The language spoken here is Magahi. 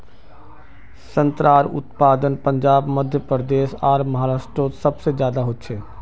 संत्रार उत्पादन पंजाब मध्य प्रदेश आर महाराष्टरोत सबसे ज्यादा होचे